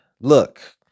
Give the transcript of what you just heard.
look